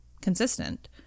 consistent